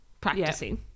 practicing